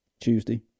Tuesday